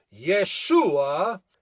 Yeshua